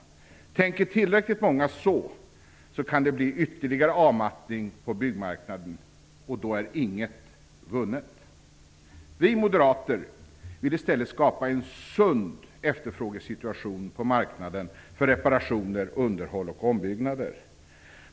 Tänker tillräckligt många på det viset kan det bli ytterligare avmattning på byggmarknaden, och då är inget vunnet. Vi moderater vill i stället skapa en sund efterfrågesituation på marknaden för reparationer, underhåll och ombyggnader.